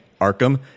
Arkham